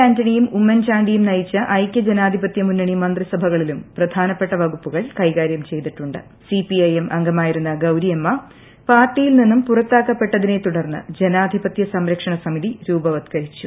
ആന്റണിയും ഉമ്മൻ ചാണ്ടിയും നയിച്ച ഐക്യ ജനാധിപത്യ മുന്നണി മന്തിസഭകളിലൂട്ട അവർ പ്രധാനപ്പെട്ട വകുപ്പുകൾ കൈകാര്യം ചെയ്തിട്ടുണ്ട്ട്ട് സി പി ഐ എം അംഗമായിരുന്ന ഗൌരിയമ്മ പാർട്ടിയിൽ ് നിന്നും പുറത്താക്കപ്പെട്ട തിനെ തുടർന്ന് ജനാധിപത്യ സ്ട്രേക്ഷണ സമിതി രൂപവത്കരിച്ചു